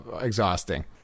exhausting